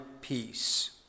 peace